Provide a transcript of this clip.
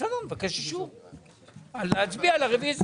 בסדר, נבקש אישור להצביע על הרוויזיה.